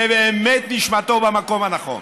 ובאמת נשמתו במקום הנכון.